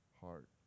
heart